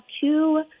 two